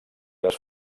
les